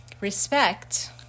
respect